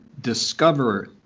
discover